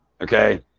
Okay